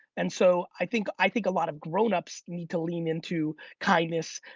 and so i think i think a lot of grown ups need to lean into kindness,